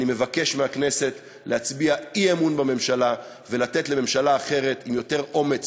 אני מבקש מהכנסת להצביע אי-אמון בממשלה ולתת לממשלה אחרת עם יותר אומץ